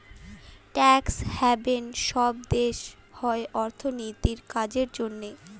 tax haven সব দেশে হয় অর্থনীতির কাজের জন্য